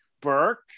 Burke